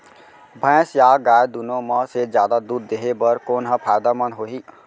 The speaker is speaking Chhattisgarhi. भैंस या गाय दुनो म से जादा दूध देहे बर कोन ह फायदामंद होही?